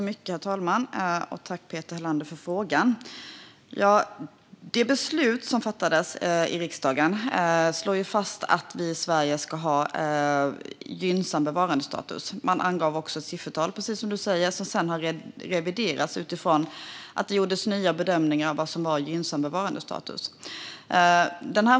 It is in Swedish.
Herr talman! Jag tackar Peter Helander för frågan. Det beslut som fattades i riksdagen slår fast att vi ska ha gynnsam bevarandestatus i Sverige. Man angav också ett siffertal, precis som Peter Helander säger, som sedan har reviderats utifrån att det gjorts nya bedömningar av vad som är gynnsam bevarandestatus.